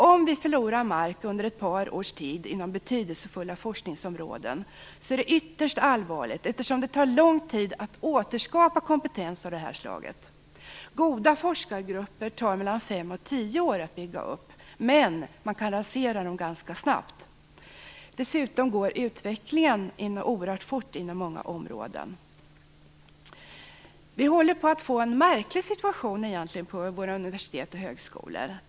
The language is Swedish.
Om vi förlorar mark under ett par års tid inom betydelsefulla forskningsområden är det ytterst allvarligt, eftersom det tar lång tid att återskapa kompetens av det här slaget. Goda forskargrupper tar mellan fem och tio år att bygga upp, men man kan rasera dem ganska snabbt. Dessutom går utvecklingen oerhört fort inom många områden. Vi håller egentligen på att få en märklig situation på våra universitet och högskolor.